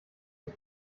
ich